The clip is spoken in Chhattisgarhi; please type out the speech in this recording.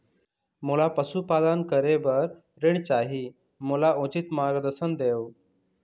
मोला पशुपालन करे बर ऋण चाही, मोला उचित मार्गदर्शन देव?